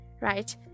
right